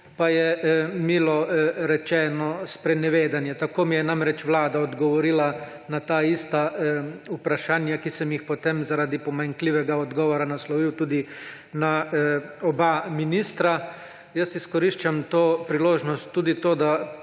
pa je milo rečeno sprenevedanje. Tako mi je namreč Vlada odgovorila na ta ista vprašanja, ki sem jih potem zaradi pomanjkljivega odgovora naslovil tudi na oba ministra. Jaz izkoriščam to priložnost tudi za to, da